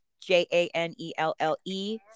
J-A-N-E-L-L-E